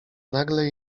nagle